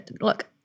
look